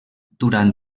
durant